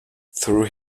through